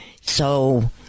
So-